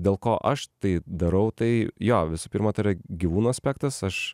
dėl ko aš tai darau tai jo visų pirma tai yra gyvūnų aspektas aš